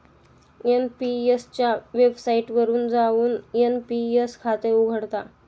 NPS च्या वेबसाइटवर जाऊन एन.पी.एस खाते उघडा